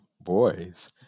boys